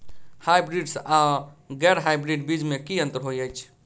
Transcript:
Hybrids आ गैर hybrids बीज म की अंतर होइ अछि?